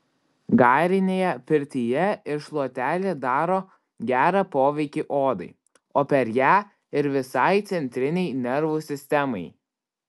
garinėje pirtyje ir šluotelė daro gerą poveikį odai o per ją ir visai centrinei nervų sistemai